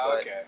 okay